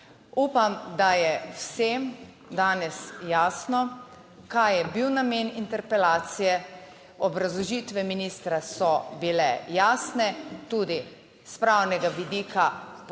Upam, da je vsem danes jasno, kaj je bil namen interpelacije. Obrazložitve ministra so bile jasne tudi s pravnega vidika, podkrepljene.